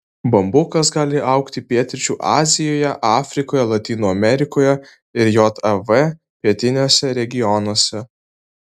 bambukas gali augti pietryčių azijoje afrikoje lotynų amerikoje ir jav pietiniuose regionuose